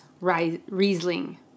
Riesling